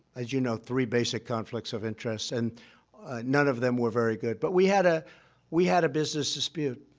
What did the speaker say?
as you know, three basic conflicts of interest, and none of them were very good. but we had a we had a business dispute.